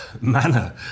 manner